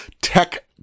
tech